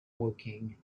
woking